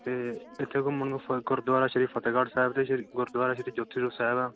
ਅਤੇ ਇੱਥੇ ਘੁੰਮਣ ਨੂੰ ਫ ਗੁਰਦੁਆਰਾ ਸ਼੍ਰੀ ਫਤਿਹਗੜ੍ਹ ਸਾਹਿਬ ਅਤੇ ਸ਼੍ਰੀ ਗੁਰਦੁਆਰਾ ਸ਼੍ਰੀ ਜੋਤੀ ਸਰੂਪ ਸਾਹਿਬ ਆ